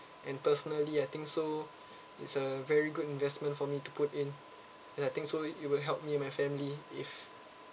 and personally I think so is uh very good investment for me to put in and I think so it'll help me and my family if